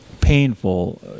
painful